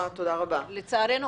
לצערנו,